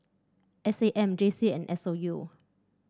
S A M J C and S O U